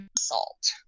salt